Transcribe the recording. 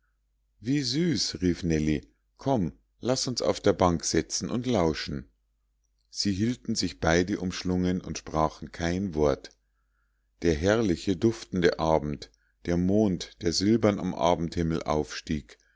wie süß rief nellie komm laß uns auf der bank setzen und lauschen sie hielten sich beide umschlungen und sprachen kein wort der herrliche duftende abend der mond der silbern am abendhimmel aufstieg